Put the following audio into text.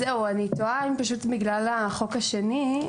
אני תוהה אם בגלל החוק השני,